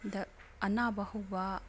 ꯗ ꯑꯅꯥꯕ ꯍꯧꯕ